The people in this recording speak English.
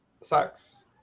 sex